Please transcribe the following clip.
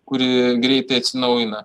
kuri greitai atsinaujina